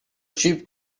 ship